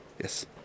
Yes